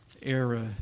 era